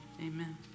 amen